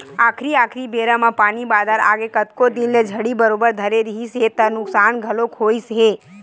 आखरी आखरी बेरा म पानी बादर आगे कतको दिन ले झड़ी बरोबर धरे रिहिस हे त नुकसान घलोक होइस हे